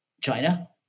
China